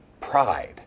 pride